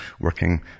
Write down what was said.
working